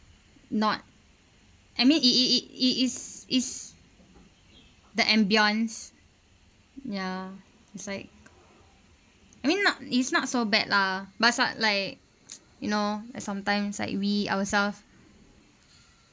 not I mean it it it it is is the ambiance ya it's like I mean not is not so bad lah but som~ like you know like sometimes like we ourselves